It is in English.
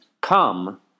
Come